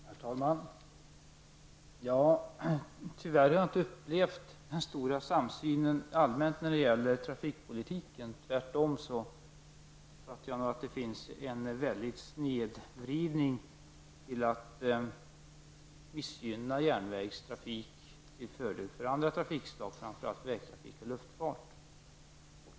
Herr talman! Tyvärr har jag inte upplevt den stora, allmänna samsynen när det gäller trafikpolitiken. Tvärtom tycker jag att det finns en stark snedvridning på det området, innebärande att man missgynnar godstrafik på järnväg till fördel för andra trafikslag, framför allt vägtrafik och luftfart.